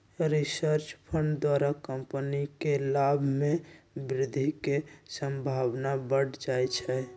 research fund द्वारा company के लाभ में वृद्धि के संभावना बढ़ जाइ छइ